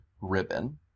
ribbon